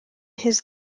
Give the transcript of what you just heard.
his